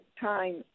time